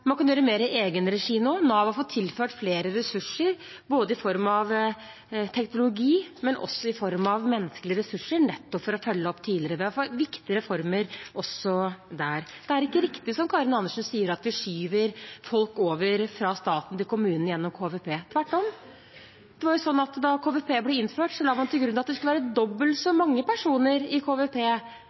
Man kan gjøre mer i egenregi nå. Nav har fått tilført flere ressurser, både i form av teknologi og i form av menneskelige ressurser, nettopp for å følge opp tidligere. Vi har fått viktige reformer også der. Det er ikke riktig som Karin Andersen sier, at vi skyver folk over fra staten til kommunene gjennom KVP. Tvert om, da KVP ble innført, la man til grunn at det skulle være dobbelt så mange personer i KVP